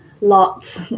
lots